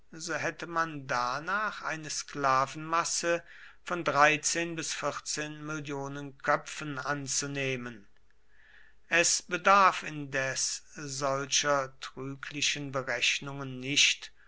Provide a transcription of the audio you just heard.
so hätte man danach eine sklavenmasse von bis mill köpfen anzunehmen es bedarf indes solcher trüglichen berechnungen nicht